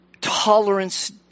tolerance